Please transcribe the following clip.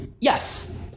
Yes